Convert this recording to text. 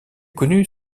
connues